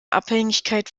abhängigkeit